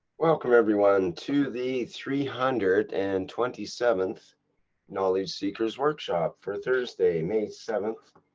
welcome everyone to the three hundred and twenty seventh knowledge seekers workshop for thursday may seventh,